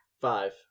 five